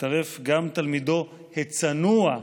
הצטרף גם תלמידו הצנוע,